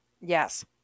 Yes